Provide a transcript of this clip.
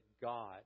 God